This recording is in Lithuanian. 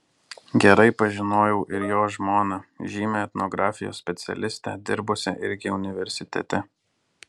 gerai pažinojau ir jo žmoną žymią etnografijos specialistę dirbusią irgi universitete